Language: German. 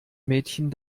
mädchen